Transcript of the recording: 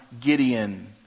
Gideon